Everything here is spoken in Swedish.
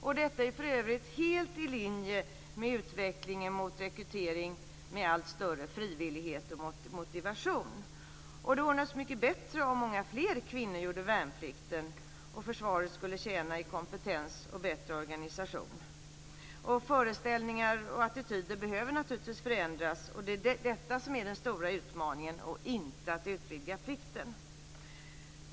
Detta är för övrigt helt i linje med utvecklingen mot rekrytering med allt större frivillighet och motivation. Det vore naturligtvis mycket bättre om många fler kvinnor gjorde värnplikten. Då skulle försvaret tjäna i kompetens och bättre organisation. Föreställningar och attityder behöver naturligtvis förändras. Det är detta som är den stora utmaningen, och inte att utvidga plikten.